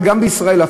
וגם ישראל,